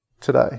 today